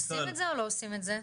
עושים את זה, או לא עושים את זה?